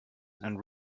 and